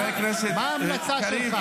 כהניסט בתחפושת של רוויזיוניסט.